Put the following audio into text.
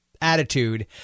attitude